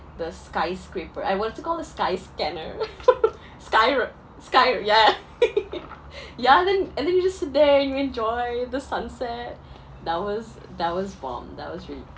the skyscraper I wanted to call it sky scanner sky re~ sky ya ya ya and then and then you just sit there and you enjoy the sunset that was that was bomb that was really